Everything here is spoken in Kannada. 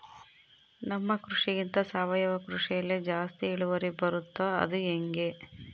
ನಮ್ಮ ಕೃಷಿಗಿಂತ ಸಾವಯವ ಕೃಷಿಯಲ್ಲಿ ಜಾಸ್ತಿ ಇಳುವರಿ ಬರುತ್ತಾ ಅದು ಹೆಂಗೆ?